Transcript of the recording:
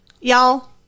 Y'all